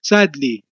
Sadly